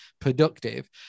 productive